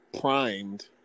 primed